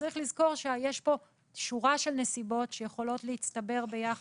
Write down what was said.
שצריך לזכור שיש פה שורה של נסיבות שיכולות להצטבר ביחד,